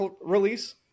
release